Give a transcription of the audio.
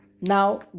Now